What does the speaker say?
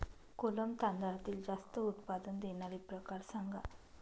कोलम तांदळातील जास्त उत्पादन देणारे प्रकार सांगा